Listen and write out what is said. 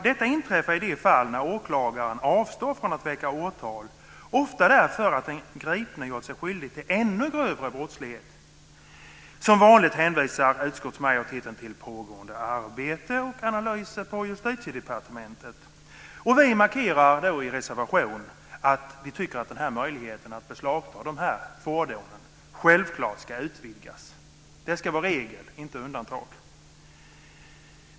Detta inträffar i de fall när åklagaren avstår från att väcka åtal, ofta därför att den gripne gjort sig skyldig till ännu grövre brottslighet. Som vanligt hänvisar utskottsmajoriteten till pågående arbete och analyser på Justitiedepartementet. Vi markerar i reservationen att vi tycker att möjligheten att beslagta dessa fordon självklart ska utvidgas. Det ska vara regel, inte undantag.